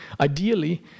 ideally